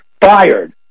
fired